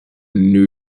new